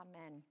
Amen